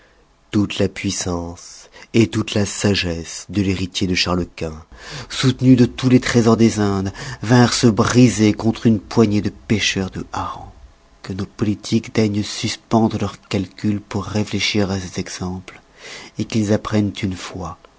toute la puissance toute la sagesse de l'héritier de charles-quint soutenues de tous les trésors des indes vinrent se briser contre une poignée de pêcheurs de harengs que nos politiques daignent suspendre leurs calculs pour réfléchir à ces exemples qu'ils apprennent une fois